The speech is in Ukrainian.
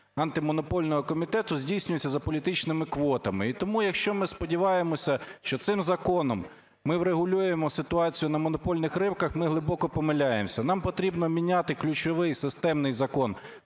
Антимонопольного комітету здійснюється за політичними квотами. І тому, якщо ми сподіваємося, що цим законом ми врегулюємо ситуацію на монопольних ринках, ми глибоко помиляємося. Нам потрібно міняти ключовий системний Закон